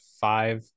five